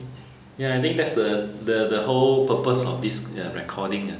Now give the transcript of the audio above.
ya I think that's the the the whole purpose of this recording ah